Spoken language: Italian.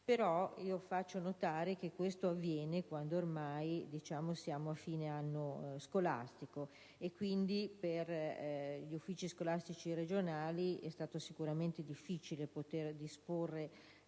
però, faccio notare che questo avviene quando ormai siamo a fine anno scolastico e quindi per gli Uffici scolastici regionali è stato sicuramente difficile poter disporre